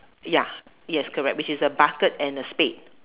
ya yes correct which is a bucket and a spade